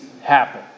happen